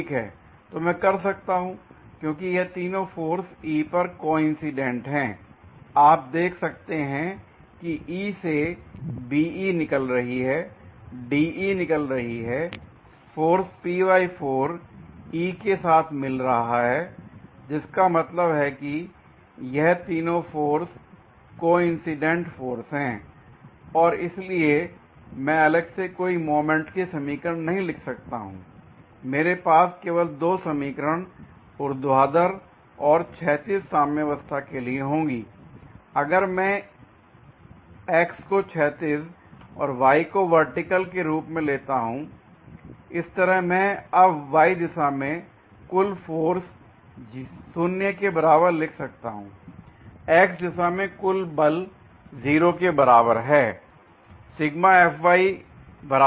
ठीक है मैं कर सकता हूं क्योंकि यह तीनों फोर्स E पर कोइन्सिडेंट हैं आप देख सकते हैं कि E से BE निकल रही है DE निकल रही है फोर्स E के साथ मिल रहा है जिसका मतलब है कि यह तीनों फोर्स कोइन्सिडेंट फोर्स हैं l और इसलिए मैं अलग से कोई मोमेंट की समीकरण नहीं लिख सकता हूं मेरे पास केवल दो समीकरण ऊर्ध्वाधर और क्षैतिज साम्यवस्था के लिए होंगी l अगर मैं x को क्षैतिज और y को वर्टिकल के रूप में लेता हूं इस तरह मैं अब y दिशा में कुल फोर्स 0 के बराबर लिख सकता हूं x दिशा में कुल बल 0 के बराबर है